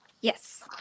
yes